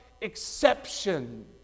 exception